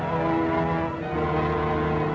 or